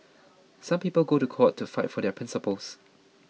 some people go to court to fight for their principles